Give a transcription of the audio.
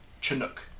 Chinook